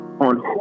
on